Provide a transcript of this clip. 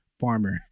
farmer